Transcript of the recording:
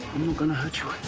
gonna hurt you